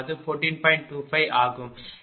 25 ஆகும்